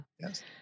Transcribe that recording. Yes